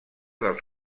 dels